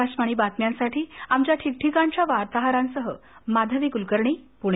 आकाशवाणी बातम्यांसाठी आमच्या ठिकठिकाणच्या वार्ताहरांसह माधवी कुलकर्णी प्रणे